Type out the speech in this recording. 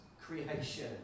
creation